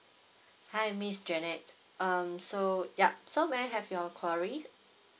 hi miss janet um so yup so may I have your queries